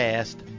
Past